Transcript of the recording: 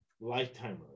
lifetime